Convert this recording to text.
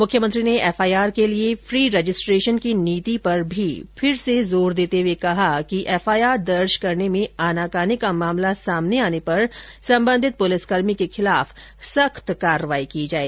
मुख्यमंत्री ने एफआईआर के लिए फ्री रजिस्ट्रेशन की नीति पर भी फिर से जोर देते हुए कहा कि एफआईआर दर्ज करने में आनाकानी का मामला सामने आने पर संबंधित पुलिसकर्मी के खिलाफ सख्त कार्रवाई की जाये